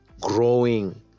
growing